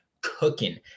cooking